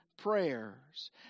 prayers